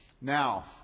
Now